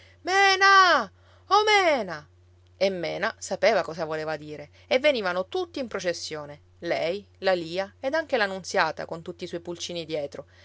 mena oh mena e mena sapeva cosa voleva dire e venivano tutti in processione lei la lia ed anche la nunziata con tutti i suoi pulcini dietro